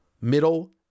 middle